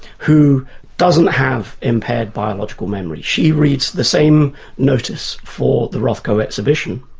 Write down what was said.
who doesn't have impaired biological memory. she reads the same notice for the rothko exhibition,